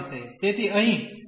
તેથી અહીં આ 3− y છે